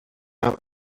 out